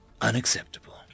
unacceptable